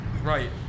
Right